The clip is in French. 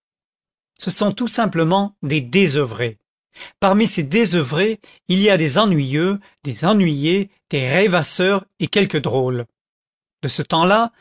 ce sont tout simplement des désoeuvrés parmi ces désoeuvrés il y a des ennuyeux des ennuyés des rêvasseurs et quelques drôles dans ce temps-là